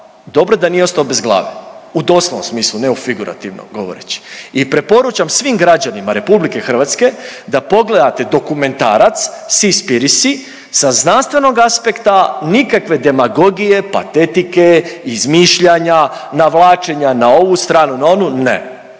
Dobro da nije ostao bez glave. U doslovnom smislu ne u figurativnom, govoreći. I preporučam svim građanima RH da pogledate dokumentarac Sea Spearicy sa znanstvenog aspekta, nikakve demagogije, patetike, izmišljanja, navlačenja na ovu stranu, na onu, ne.